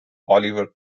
oliver